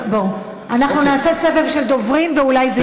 אנחנו נעשה סבב של דוברים, ואולי זה יגיע.